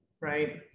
right